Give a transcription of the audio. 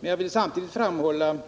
Men jag vill samtidigt framhålla